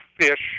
fish